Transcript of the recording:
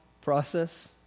process